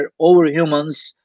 overhumans